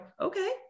okay